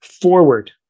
forward